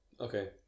Okay